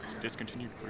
Discontinued